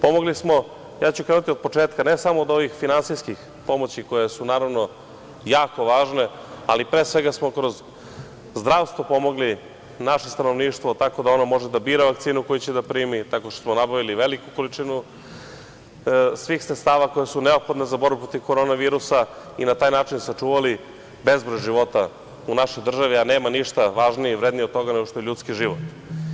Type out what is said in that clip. Pomogli smo, ja ću krenuti od početka, ne samo od ovih finansijskih pomoći koje su naravno jako važne, ali pre svega smo kroz zdravstvo pomogli naše stanovništvo tako da ono može da bira vakcinu koju će da primi, tako što smo nabavili veliku količinu svih sredstava koja su neophodna za borbu protiv korona virusa i na taj način sačuvali bezbroj života u našoj državi, a nema ništa važnije i vrednije od toga nego što je ljudski život.